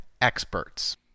experts